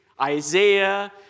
Isaiah